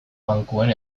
bankuen